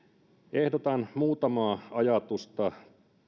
ehdotan muutamaa ajatusta